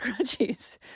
scrunchies